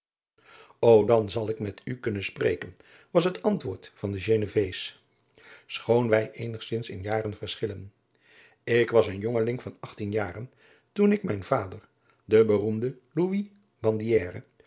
ô dan zal ik met u kunnen spreken was het antwoord van den genevees schoon wij eenigzins in jaren verschillen ik was een jongeling van achttien jaren toen ik mijn vader den beroemden